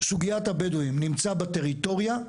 סוגית הבדואית נמצא בטריטוריה.